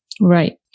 Right